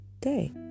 day